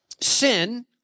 Sin